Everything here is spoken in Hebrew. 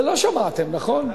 זה לא שמעתם, נכון?